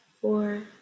four